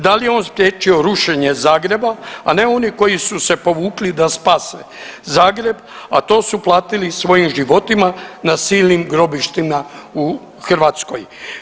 Dali je on spriječio rušenje Zagreba, a ne oni koji su se povukli da spase Zagreb a to su platili svojim životima na silnim grobištima u Hrvatskoj.